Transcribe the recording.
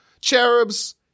cherubs